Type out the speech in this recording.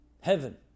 heaven